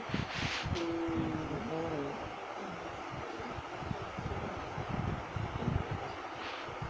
mm